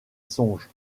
songe